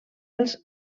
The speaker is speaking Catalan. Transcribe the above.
els